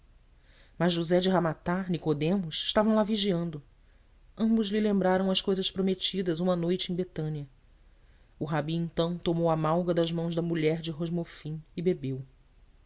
mas josé de ramata nicodemo estavam lá vigiando ambos lhe lembraram as cousas prometidas uma noite em betânia o rabi então tomou a malga das mãos da mulher de rosmofim e bebeu